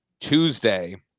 Tuesday